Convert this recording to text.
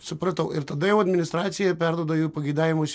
supratau ir tada jau administracija perduoda jau pageidavimus